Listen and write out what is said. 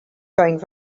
going